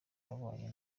abanye